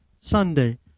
sunday